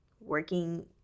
working